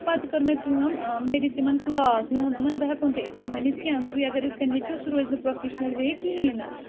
پَتہٕ کٔر مےٚ کٲم مےٚ دِتۍ تِمن کٕلاس مےٚ ووٚن تِمن بہٕ ہٮ۪کو نہٕ تۄہہِ یِتھ کٔنۍ ؤنِتھ کیٚنٛہہ تُہۍ اَگر یِتھ کٔنۍ ہیٚچھِو سُہ روزِ نہٕ پرٛوفیشنَل وے کِہینۍ نہٕ